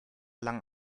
lang